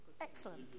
excellent